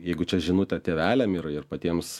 jeigu čia žinutė tėveliam ir ir patiems